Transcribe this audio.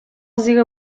زیر